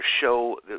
show